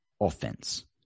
offense